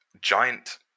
giant